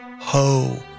Ho